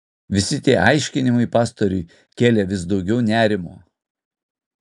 visi tie aiškinimai pastoriui kėlė vis daugiau nerimo